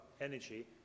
energy